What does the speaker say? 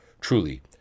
Truly